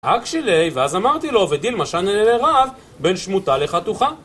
הג שלי, ואז אמרתי לו, ודין משנה לרב, בין שמותה לחתוכה.